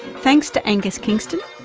thanks to angus kingston,